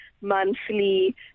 monthly